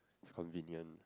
it's convenient